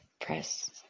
press